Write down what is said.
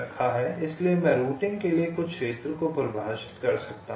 इसलिए मैं रूटिंग के लिए कुछ क्षेत्रों को परिभाषित कर सकता हूं